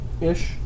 ish